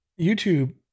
YouTube